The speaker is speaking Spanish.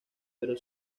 pero